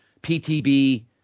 PTB